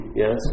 yes